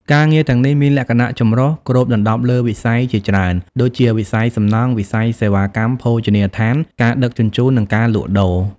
ការងារទាំងនេះមានលក្ខណៈ ចម្រុះ គ្របដណ្តប់លើវិស័យជាច្រើន ដូចជា វិស័យសំណង់ វិស័យសេវាកម្ម ភោជនីយដ្ឋាន ការដឹកជញ្ជូន និងការលក់ដូរ។